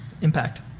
impact